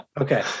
Okay